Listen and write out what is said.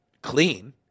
clean